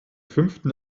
fünften